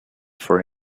for